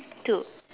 two